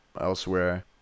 elsewhere